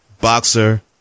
boxer